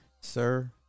Sir